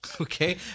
Okay